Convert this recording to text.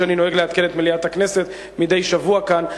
כפי שאני נוהג לעדכן באלה את מליאת הכנסת מדי שבוע כאן,